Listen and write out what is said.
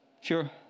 Sure